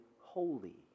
holy